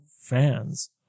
fans